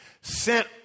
sent